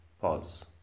Pause